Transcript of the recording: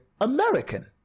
American